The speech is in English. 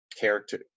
character